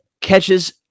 catches